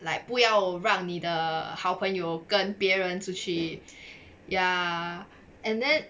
like 不要让你的好朋友跟别人出去 ya and then